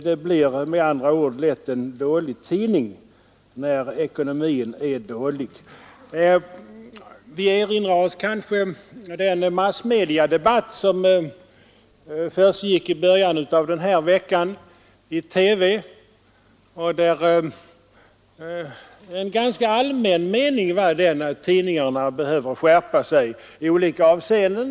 Det kan lätt bli en dålig tidning när ekonomin är dålig. Vi erinrar oss kanske den massmediadebatt som försiggick i TV i början av veckan och där det rådde en ganska allmän mening om att tidningarna behöver skärpa sig i olika avseenden.